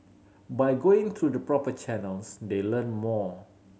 by going through the proper channels they learn more